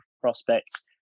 prospects